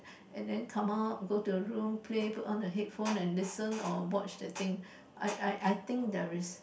and then come out go to the room play put on the headphone and listen or watch the thing I I I think there is